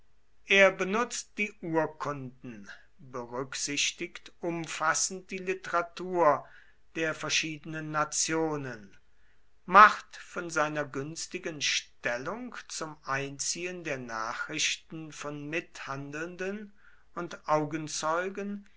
er benutzt die urkunden berücksichtigt umfassend die literatur der verschiedenen nationen macht von seiner günstigen stellung zum einziehen der nachrichten von mithandelnden und augenzeugen